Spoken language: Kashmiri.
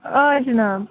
آ جناب